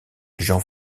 jean